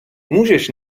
můžeš